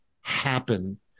happen